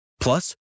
Plus